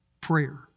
prayer